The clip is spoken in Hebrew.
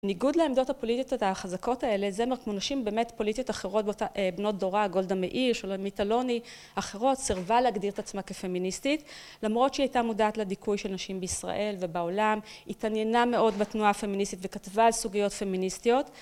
בניגוד לעמדות הפוליטיות החזקות האלה, זמר כמו נשים באמת פוליטיות אחרות, בנות דורה, גולדה מאיר, שולמית אלוני, אחרות, סירבה להגדיר את עצמה כפמיניסטית, למרות שהיא הייתה מודעת לדיכוי של נשים בישראל ובעולם, התעניינה מאוד בתנועה הפמיניסטית וכתבה על סוגיות פמיניסטיות.